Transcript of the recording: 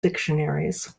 dictionaries